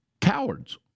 Cowards